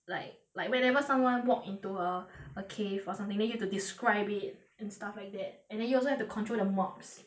like like whenever someone walk into a a cave or something then you have to describe it and stuff like that and then you also have to control the mobs